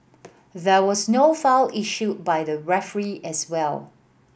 there was no foul issued by the referee as well